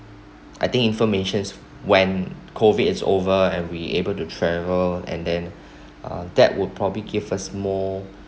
I think information when COVID is over and we are able to travel and then uh that would probably give us more